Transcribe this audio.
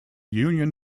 union